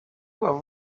were